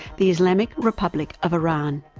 the islamic republic of iran.